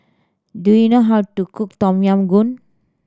do you know how to cook Tom Yam Goong